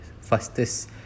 Fastest